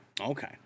Okay